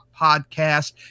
podcast